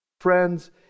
Friends